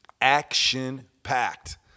Action-packed